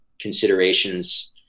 considerations